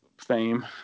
fame